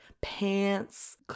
pants